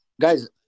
guys